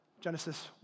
Genesis